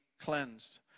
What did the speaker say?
cleansed